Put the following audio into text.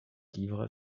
livres